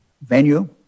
venue